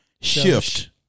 shift